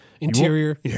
Interior